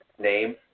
Name